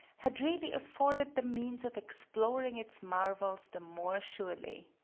had really afforded the means of exploring its marvels the more surely.